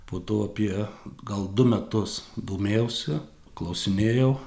po to apie gal du metus domėjausi klausinėjau